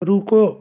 رکو